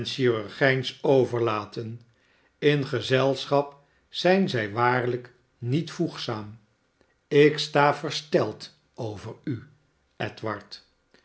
chirurgijns overlaten in gezelschap zijn zij waarlijk niet voegzaam ik sta versteld over u edward